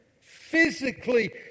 physically